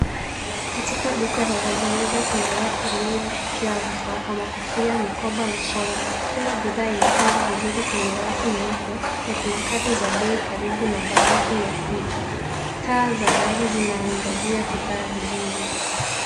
Katika duka la rejareja kuna raki iliyojaa vifaa kama kofia, mikoba na shanga. Kila bidhaa imepangwa vizuri kwenye rafu nyeupe na kuna kadi za bei karibu na baadhi ya vitu. Taa za dari zinaangazia bidhaa vizuri.